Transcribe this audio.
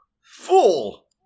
Fool